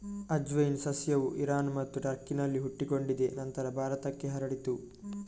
ಅಜ್ವೈನ್ ಸಸ್ಯವು ಇರಾನ್ ಮತ್ತು ಟರ್ಕಿನಲ್ಲಿ ಹುಟ್ಟಿಕೊಂಡಿದೆ ನಂತರ ಭಾರತಕ್ಕೆ ಹರಡಿತು